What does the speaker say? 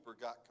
got